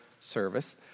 service